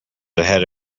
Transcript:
ahead